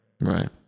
Right